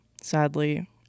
sadly